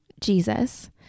Jesus